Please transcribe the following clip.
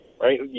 right